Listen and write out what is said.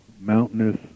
mountainous